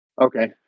Okay